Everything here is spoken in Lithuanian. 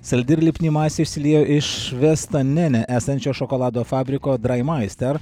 saldi ir lipni masė išsiliejo iš vestanene esančio šokolado fabriko drai maister